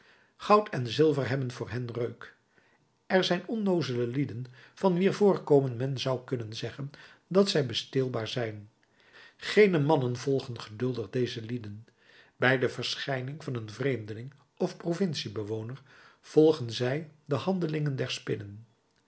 goud en zilver hebben voor hen reuk er zijn onnoozele lieden van wier voorkomen men zou kunnen zeggen dat zij besteelbaar zijn gene mannen volgen geduldig deze lieden bij de verschijning van een vreemdeling of provinciebewoner volgen zij de handelingen